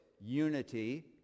unity